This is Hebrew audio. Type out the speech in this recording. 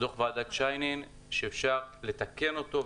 -- שאפשר לתקן אותו,